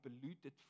polluted